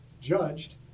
judged